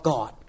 God